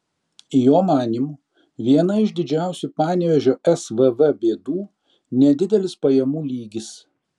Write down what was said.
jo manymu viena iš didžiausių panevėžio svv bėdų nedidelis pajamų lygis